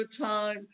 time